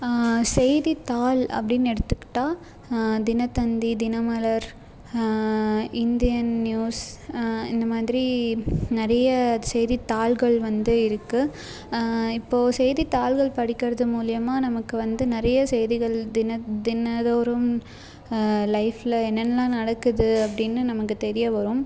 செய்தித்தாள் அப்படின்னு எடுத்துக்கிட்டால் தினத்தந்தி தினமலர் இந்தியன் நியூஸ் இந்த மாதிரி நிறைய செய்தித்தாள்கள் வந்து இருக்குது இப்போது செய்தித்தாள்கள் படிக்கிறது மூலியமாக நமக்கு வந்து நிறைய செய்திகள் தின தினந்தோறும் லைஃப்ல என்னென்னலாம் நடக்குது அப்படின்னு நமக்கு தெரிய வரும்